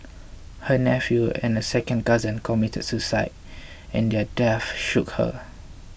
her nephew and a second cousin committed suicide and their deaths shook her